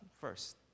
first